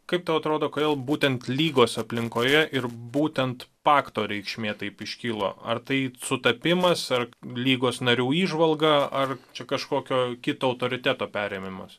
kaip tau atrodo kodėl būtent lygos aplinkoje ir būtent pakto reikšmė taip iškilo ar tai sutapimas ar lygos narių įžvalga ar čia kažkokio kito autoriteto perėmimas